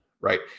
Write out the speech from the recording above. right